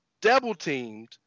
double-teamed